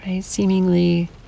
Seemingly